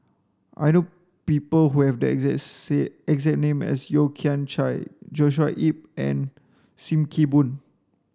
I know people who have the exact name as Yeo Kian Chai Joshua Ip and Sim Kee Boon